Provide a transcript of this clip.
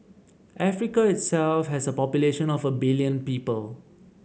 Africa itself has a population of a billion people